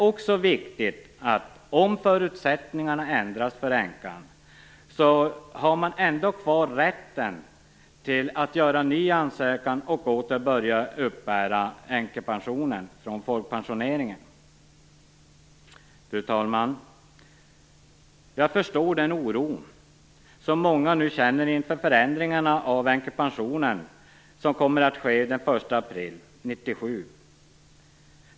Om förutsättningarna ändras för änkan har hon ändå kvar rätten att göra en ny ansökan och åter uppbära änkepension. Fru talman! Jag förstår den oro som många nu känner inför de förändringar av änkepensionen som kommer att ske den 1 april 1997.